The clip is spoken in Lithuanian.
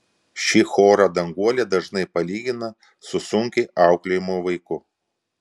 šį chorą danguolė dažnai palygina su sunkiai auklėjamu vaiku